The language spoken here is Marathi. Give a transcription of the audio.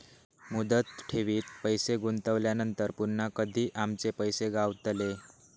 मुदत ठेवीत पैसे गुंतवल्यानंतर पुन्हा कधी आमचे पैसे गावतले?